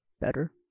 better